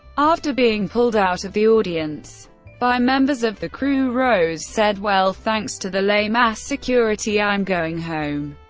after being pulled out of the audience by members of the crew, rose said, well, thanks to the lame-ass security, i'm going home,